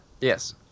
Yes